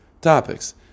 topics